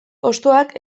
hostoak